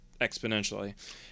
exponentially